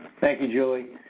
thank you, julie.